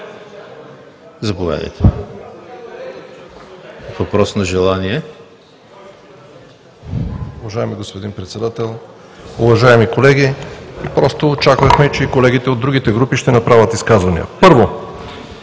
Заповядайте. РУМЕН ГЕЧЕВ (БСП за България): Уважаеми господин Председател, уважаеми колеги! Просто очаквахме, че и колегите от другите групи ще направят изказвания. Първо,